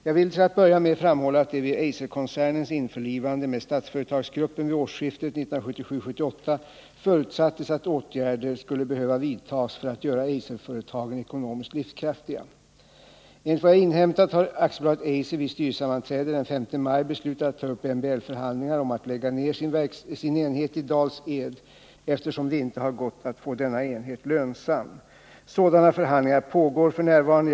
Jag vill till att börja med framhålla att det vid Eiserkoncernens införlivande med Statsföretagsgruppen vid årsskiftet 1977-1978 förutsattes att åtgärder skulle behöva vidtas för att göra Eiserföretagen ekonomiskt livskraftiga. Enligt vad jag inhämtat har AB Eiser vid styrelsesammanträde den 5 maj beslutat att ta upp MBL-förhandlingar om att lägga ner sin enhet i Dals-Ed, eftersom det inte har gått att få denna enhet lönsam. Sådana förhandlingar pågår f.n.